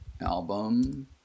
album